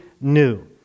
new